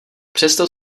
přesto